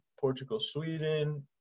Portugal-Sweden